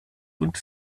und